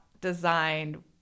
designed